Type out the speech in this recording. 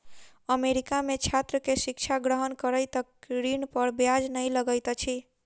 America में छात्र के शिक्षा ग्रहण करै तक ऋण पर ब्याज नै लगैत अछि